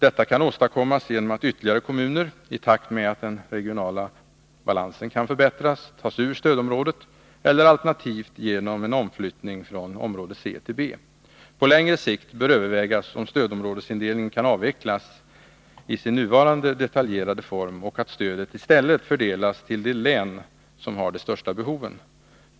Detta kan åstadkommas genom att ytterligare kommuner -— i takt med att den regionala balansen kan förbättras — tas ur stödområdet, eller alternativt genom en överflyttning från område C till B. På längre sikt bör övervägas om stödområdesindelningen kan avvecklas i sin nuvarande, detaljerade form och om stödet i stället kan fördelas till de län som har de största behoven.